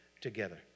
together